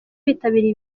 bitabiriye